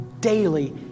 daily